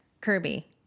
Kirby